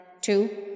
two